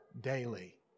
daily